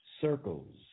circles